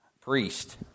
Priest